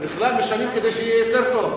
משנים כדי שיהיה יותר טוב.